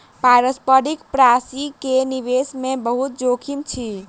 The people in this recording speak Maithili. पारस्परिक प्राशि के निवेश मे बहुत जोखिम अछि